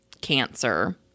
cancer